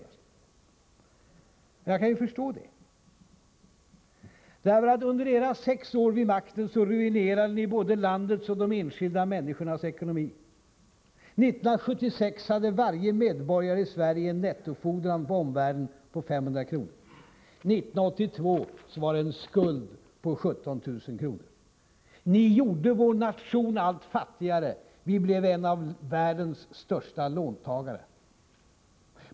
Och jag kan förstå det. Under era sex år vid makten ruinerade ni nämligen både landets och de enskilda människornas ekonomi. 1976 hade varje medborgare i Sverige en nettofordran på omvärlden på 500 kr. 1982 hade de en skuld på 17 000 kr. Ni gjorde vår nation allt fattigare. Vi blev en av världens största låntagare.